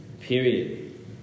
Period